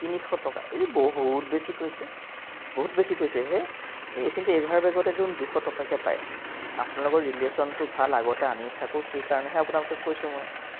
তিনিশ টকা এই বহুত বেছি কৈছে বহুত বেছি কৈছে সেই এই এইখিনিতে এভাৰ বেগতে দেখোন দুশ টকাকৈ পায় আপোনালোকৰ ৰিলেেশচ্যনটো ভাল আগতে আনি থাকোঁ সেইকাৰণেহে আপোনালোককে কৈছোঁ মই